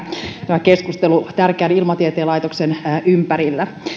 tämä keskustelu tärkeän ilmatieteen laitoksen ympärillä